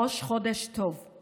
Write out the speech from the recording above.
ראש חודש טוב.